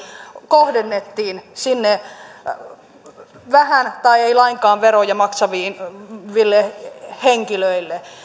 kohdennettiin vähän tai ei lainkaan veroja maksaville henkilöille